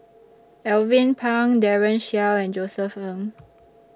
Alvin Pang Daren Shiau and Josef Ng